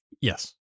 Yes